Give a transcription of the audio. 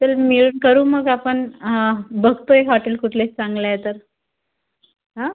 चल मिळून करू मग आपण बघतोय हॉटेल कुठले चांगले आहे तर आं